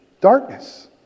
Darkness